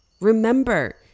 remember